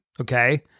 okay